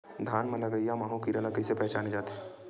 धान म लगईया माहु कीरा ल कइसे पहचाने जाथे?